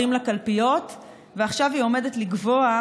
היא הולכת לרופא,